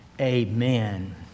amen